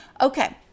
Okay